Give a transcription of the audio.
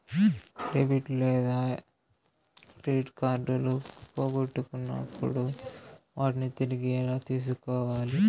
debit లేదా credit కార్డులు పోగొట్టుకున్నప్పుడు వాటిని తిరిగి ఎలా తీసుకోవాలి